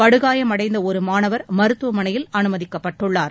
படுகாயம் அடைந்த ஒரு மாணவர் மருத்துவமனையில் அனுமதிக்கப்பட்டுள்ளார்